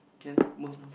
can move on